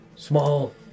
Small